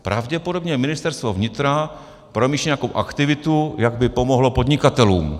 Pravděpodobně Ministerstvo vnitra promýšlí nějakou aktivitu, jak by pomohlo podnikatelům.